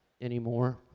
anymore